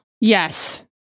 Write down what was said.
Yes